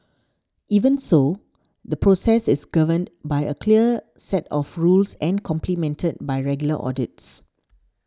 even so the process is governed by a clear set of rules and complemented by regular audits